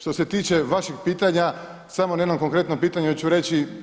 Što se tiče vašeg pitanja, samo na jednom konkretnom pitanju ću reći.